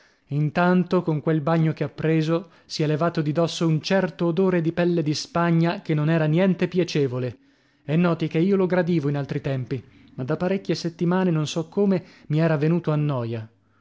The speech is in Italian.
intanto con quel bagno che ha preso si è levato di dosso un certo odore di pelle di spagna che non era niente piacevole e noti che io lo gradivo in altri tempi ma da parecchie settimane non so come mi era venuto a noia